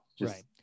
Right